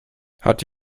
hat